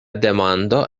demando